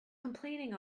complaining